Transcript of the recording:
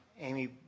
Amy